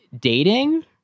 dating